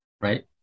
Right